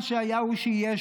מה שהיה הוא שיהיה,